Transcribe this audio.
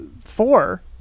four